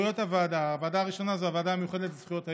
הוועדה הראשונה היא הוועדה המיוחדת לזכויות הילד.